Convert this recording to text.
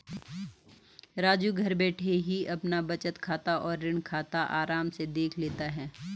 राजू घर बैठे ही अपना बचत खाता और ऋण खाता आराम से देख लेता है